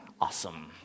awesome